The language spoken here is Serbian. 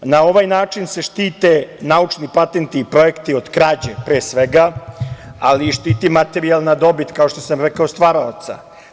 Na ovaj način se štite naučni patenti i projekti od krađe, pre svega, ali i štiti materijalna dobit, kao što sam rekao, stvaraoca.